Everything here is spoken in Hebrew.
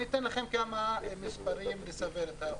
אני אתן לכם כמה מספרים, לסבר את האוזן.